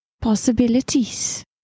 possibilities